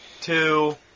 two